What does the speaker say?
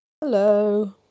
Hello